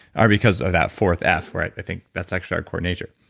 are because of that fourth f. i think that's actually our core nature.